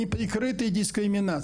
מקבלים.